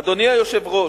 אדוני היושב-ראש,